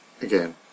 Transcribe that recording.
again